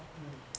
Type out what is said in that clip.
mm